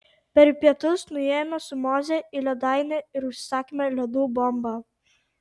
per pietus nuėjome su moze į ledainę ir užsisakėme ledų bombą